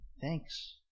Thanks